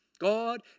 God